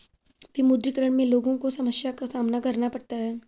विमुद्रीकरण में लोगो को समस्या का सामना करना पड़ता है